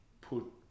put